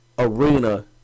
arena